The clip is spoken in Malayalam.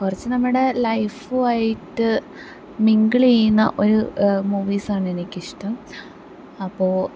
കുറച്ച് നമ്മുടെ ലൈഫുമായിട്ട് മിംഗിൾ ചെയ്യുന്ന ഒരു മൂവീസാണെനിക്കിഷ്ടം അപ്പോൾ